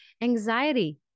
Anxiety